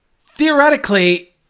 theoretically